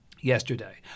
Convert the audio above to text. yesterday